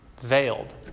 veiled